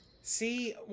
See